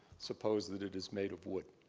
suppose that it is made of wood?